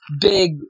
big